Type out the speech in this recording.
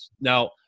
now